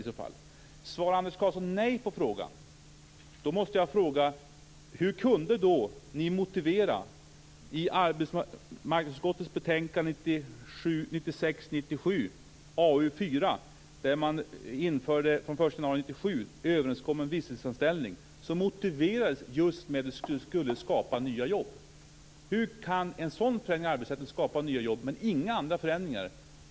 Svarar Anders Karlsson nej på frågan, måste jag fråga hur ni kunde motivera i arbetsmarknadsutskottets betänkande 1996/97:AU4 om överenskommen visstidsanställning att gälla från den 1 januari 1997. Detta motiverades just med att det skulle skapa nya jobb. Hur kan en sådan förändring, men inte andra förändringar, i arbetsrätten skapa nya jobb?